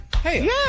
Hey